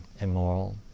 immoral